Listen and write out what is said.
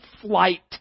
flight